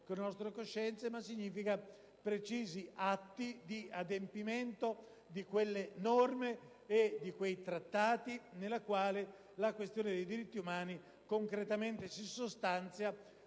con le nostre coscienze, ma significa precisi atti di adempimento di quelle norme e di quei trattati nei quali la questione dei diritti umani concretamente si sostanzia